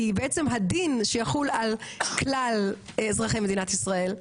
כי בעצם הדין שיחול על כלל אזרחי מדינת ישראל,